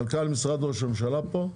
את מנכ"ל משרד ראש הממשלה פה,